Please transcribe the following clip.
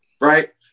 right